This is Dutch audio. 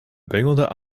bengelde